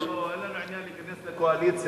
לא, אין לנו עניין להיכנס לקואליציה.